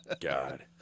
God